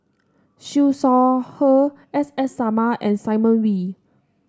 Siew Shaw Her S S Sarma and Simon Wee